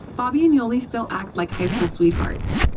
bobby and yoli still act like high school sweethearts.